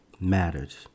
matters